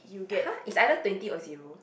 !huh! it's either twenty or zero